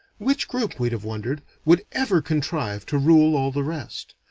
which group, we'd have wondered, would ever contrive to rule all the rest?